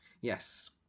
Yes